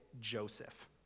Joseph